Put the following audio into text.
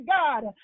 god